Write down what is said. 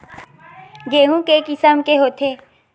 गेहूं के किसम के होथे?